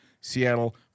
Seattle